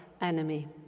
enemy